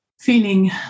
feeling